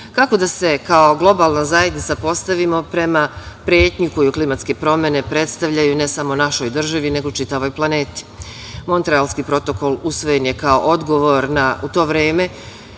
kako da se kao globalna zajednica postavimo prema pretnji koju klimatske promene predstavljaju, ne samo našoj državi nego čitavoj planeti. Montrealski protokol usvojen je kao odgovor u to vreme